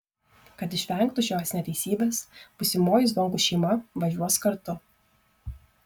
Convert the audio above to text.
kad išvengtų šios neteisybės būsimoji zvonkų šeima važiuos kartu